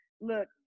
look